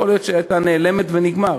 יכול להיות שהיא הייתה נעלמת ונגמר,